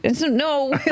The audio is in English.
No